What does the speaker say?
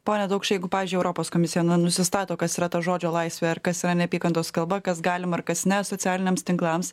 pone daukšy jeigu pavyzdžiui europos komisija nusistato kas yra ta žodžio laisve ar kas yra neapykantos kalba kas galima ar kas ne socialiniams tinklams